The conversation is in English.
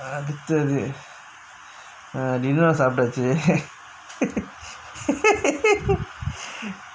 அடுத்தது:aduthathu err dinner ரு சாப்டாச்சு:ru saaptaachu